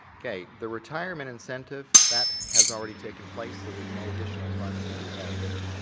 okay, the retirement incentive, that has already taken place, so there's no additional funds to be have there.